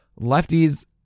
lefties